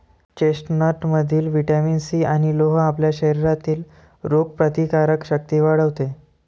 चेस्टनटमधील vitamin C आणि लोह आपल्या शरीरातील रोगप्रतिकारक शक्ती वाढवते